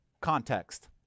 context